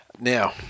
Now